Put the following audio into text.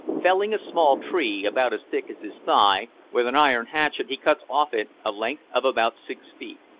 felling a small tree, about as thick as his thigh, with an iron hatchet he cuts off it a length of about six feet.